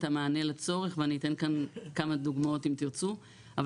המענה לצורך ואני אתן כאן כמה דוגמאות אם תרצו.